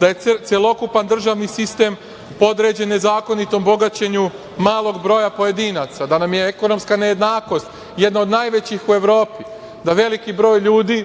da je celokupan državni sistem podređen nezakonitom bogaćenju malog broja pojedinaca, da nam je ekonomska nejednakost jedna od najvećih u Evropi, da veliki broj ljudi